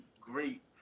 great